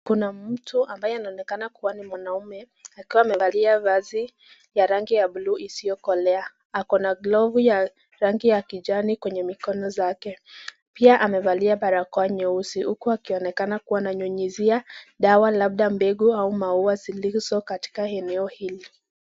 Kuna mtu anaonekana kuwa ni mwanaume akiwa amevalia vazi ya rangi ya blue isiyokolea. Ako na glovu ya rangi ya kijani kwenye mikono zake. Pia amevalia barakoa nyeusi huku akionekana kuwa ananyunyizia dawa labda mbegu au maua zilizo katika eneo hili.